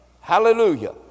Hallelujah